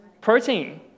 protein